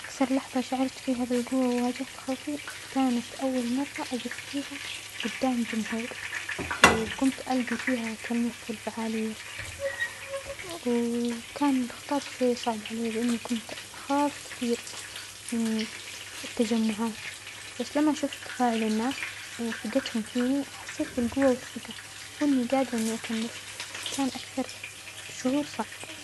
أكثر لحظة شعرت فيها بالجوة وواجهت خوفى كانت أول مرة أجف فيها جدام جمهور، وكنت ألجى فيها كلمة في الفعالية، ووكان الخطاب شوي صعب عليا لإنى كنت أخاف كثير من التجمعات، بس لما شوفت تفاعل الناس وثجتهم فينى حسيت بالجوة والثجة وإنى جادرة إنى أكمل، كان أكثر شعور صعب.